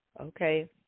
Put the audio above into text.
Okay